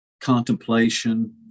contemplation